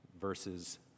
verses